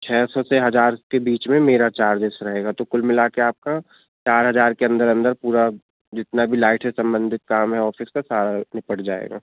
छ सौ से हज़ार के बीच में मेरा चार्जिज़ रहेगा तो कुल मिला के आपका चार हज़ार के अंदर अंदर पूरा जितना भी लाइट से सम्बंधित काम है ऑफ़िस का सारा निपट जाएगा